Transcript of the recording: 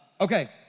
Okay